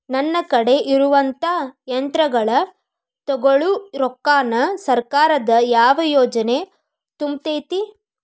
ನನ್ ಕಡೆ ಇರುವಂಥಾ ಯಂತ್ರಗಳ ತೊಗೊಳು ರೊಕ್ಕಾನ್ ಸರ್ಕಾರದ ಯಾವ ಯೋಜನೆ ತುಂಬತೈತಿ?